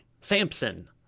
Samson